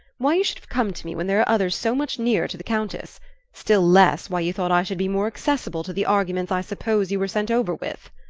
why you should have come to me when there are others so much nearer to the countess still less why you thought i should be more accessible to the arguments i suppose you were sent over with.